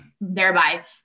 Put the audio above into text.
thereby